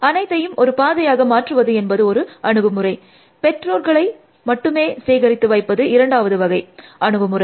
அனைத்தையும் ஒரு பாதையும் மாற்றுவது என்பது ஒரு அணுகுமுறை பெற்றோர்களை மட்டுமே சேகரித்து வைப்பது இரண்டாவது வகை அணுகுமுறை